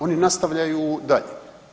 Oni nastavljaju dalje.